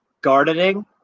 gardening